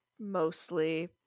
mostly